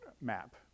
map